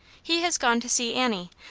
he has gone to see annie.